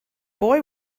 boy